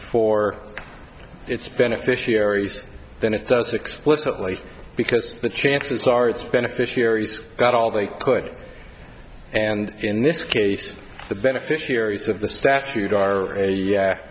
for its beneficiaries than it does explicitly because the chances are it's beneficiaries got all they could and in this case the beneficiaries of the statute